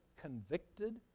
convicted